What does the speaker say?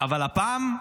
אבל הפעם,